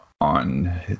on